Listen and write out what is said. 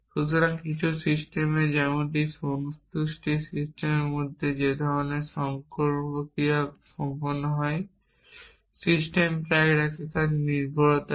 সুতরাং কিছু সিস্টেমে যেমন সন্তুষ্টি সিস্টেমের মধ্যে যে ধরনের স্বয়ংক্রিয়ভাবে সম্পন্ন হয় সিস্টেম ট্র্যাক রাখে নির্ভরতা কি